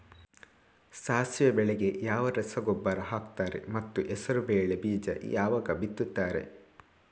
ಸಾಸಿವೆ ಬೆಳೆಗೆ ಯಾವ ರಸಗೊಬ್ಬರ ಹಾಕ್ತಾರೆ ಮತ್ತು ಹೆಸರುಬೇಳೆ ಬೀಜ ಯಾವಾಗ ಬಿತ್ತುತ್ತಾರೆ?